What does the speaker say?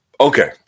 Okay